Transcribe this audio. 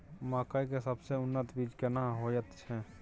मकई के सबसे उन्नत बीज केना होयत छै?